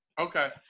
okay